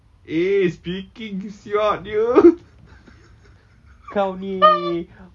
eh speaking sia dia ha